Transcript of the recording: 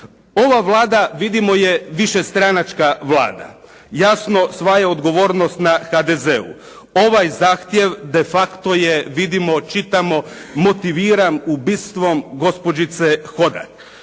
Ova Vlada, vidimo, je višestranačka Vlada. Jasno, sva je odgovornost na HDZ-u. Ovaj zahtjev de facto je, vidimo, čitamo motiviran ubojstvom gospođice Hodak.